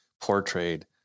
portrayed